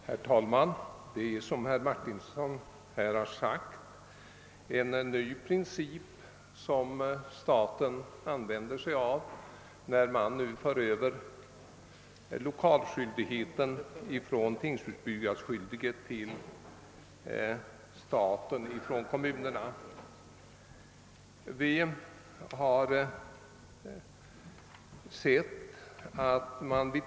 Herr talman! Som herr Martinsson sade är det en ny princip staten använder sig av när man nu tar över 1okalskyldigheten från tingshusbyggnadsskyldige i kommunerna till staten.